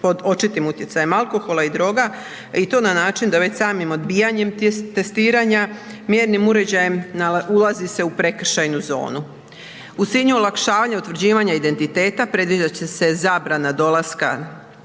pod očitim utjecajem alkohola i droga i to na način da već samim odbijanjem testiranja mjernim uređajem ulazi se u prekršajnu zonu. U cilju olakšavanja utvrđivanja identiteta, predviđat će se zabrana dolaska